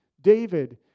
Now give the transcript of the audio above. David